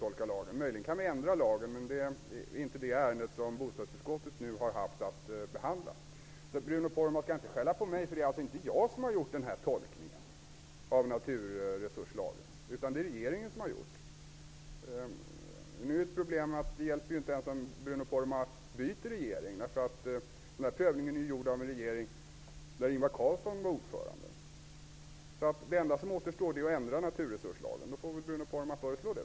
Vi kan möjligen ändra lagen, men det är inte det ärende som bostadsutskottet har haft att behandla nu. Bruno Poromaa skall alltså inte skälla på mig, därför att det är inte jag som har gjort tolkningen av naturresurslagen. Det är regeringen som har gjort den. Ett problem är att det inte ens hjälper om Bruno Poromaa byter regering, därför att prövningen gjordes av en regering där Ingvar Carlsson var ordförande. Det enda som återstår är att ändra naturresurslagen, och då får väl Bruno Poromaa föreslå det.